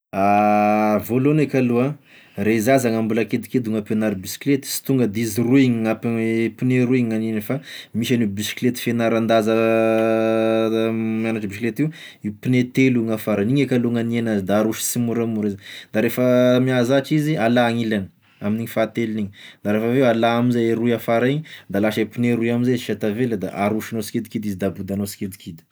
Voalohany eka aloha an, re zaza na mbola kidikidy no ampiagnary bisikleta sy tonga de izy roa igny, no ampi- pneu roa igny gn'agnigna fa misy agn'io bisikleta fianaran-daza miagnatry bisikleta io, pneu telo gn'afara, igny eky aloha gn'agnia an'azy, da aroso simoramora zany da refa mihazatra izy alà gn'ilagny amign'iny fagnintelogny iny, da rehefa aveo alà amizay i roy afara igny da lasa e pneu roy igny amzay sisa tavela da arosognao sikidikidy izy da abodanao sikidikidy.